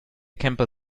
camper